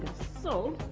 so,